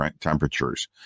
temperatures